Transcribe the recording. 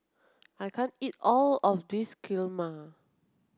I can't eat all of this Kheema